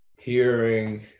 hearing